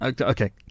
okay